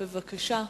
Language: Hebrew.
בבקשה.